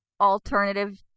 alternative